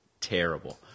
terrible